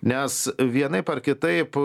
nes vienaip ar kitaip